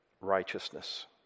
righteousness